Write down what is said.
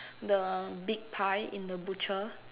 the big pie in the butcher